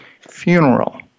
funeral